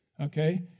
okay